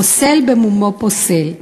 הפוסל, במומו פוסל.